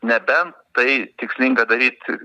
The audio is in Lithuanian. nebent tai tikslinga daryt